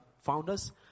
founders